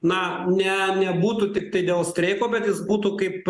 na ne nebūtų tiktai dėl streiko bet jis būtų kaip